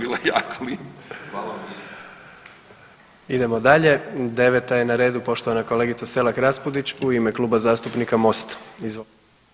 Idemo dalje, 9. je na redu poštovana kolegica Selak Raspudić u ime Kluba zastupnika Mosta, izvolite.